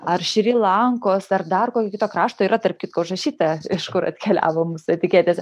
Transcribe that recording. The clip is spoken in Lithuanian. ar šri lankos ar dar kokio kito krašto yra tarp kitko užrašyta iš kur atkeliavo mūsų etiketėse